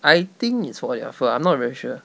I think it's for their fur I'm not very sure